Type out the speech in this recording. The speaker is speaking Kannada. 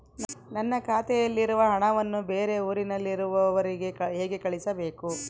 ನನ್ನ ಖಾತೆಯಲ್ಲಿರುವ ಹಣವನ್ನು ಬೇರೆ ಊರಿನಲ್ಲಿರುವ ಅವರಿಗೆ ಹೇಗೆ ಕಳಿಸಬೇಕು?